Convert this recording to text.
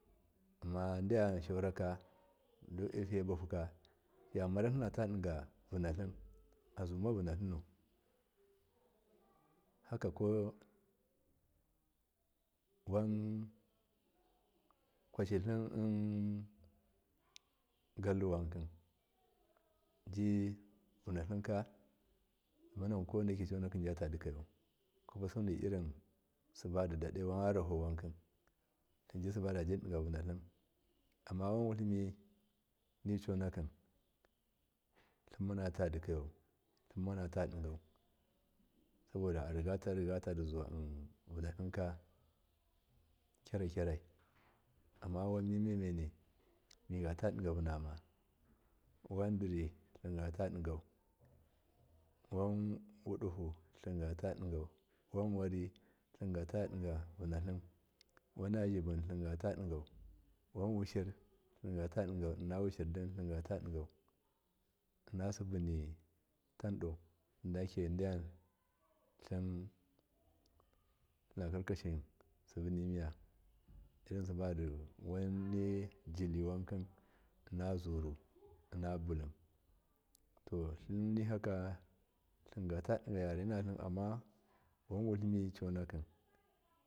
Amma diyam sauraka famaratlima tadiga vunatlim azumuvunatlimmu hakako wan kwoshi tlim gatli wank vunatlimka dimanan ko waineki jatatka yau kwapasudi irin su badi dadui waan yaraho wanki tlinji samba dubidiga vunatlim amma wan wutlimi niconaki tlimanata dikayau thimanatadigwe saboda arigata rigatadzuwa vunatlinka gyaragyara amma wanmi memeni migatadigu vunuma wandiri thiimgata nigau, wan wudihutlimgutadi gau wanwari tlimgatadigata divunutlim wana zyibun tlimgatadigau wan wushir tlemgatadi gau inna wushir dum tlimgatadigau inna sibuni tando tayake diya tlim tlima karsashi simbuni miya irinsibadu wannijidi wansai innazuru inna bulum to tlim ngyaka tlingata diga vare natlin amma wutami.